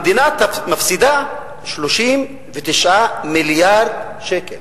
המדינה מפסידה 39 מיליארד שקל